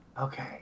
Okay